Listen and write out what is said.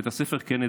בין בית הספר קנדי,